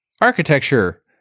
architecture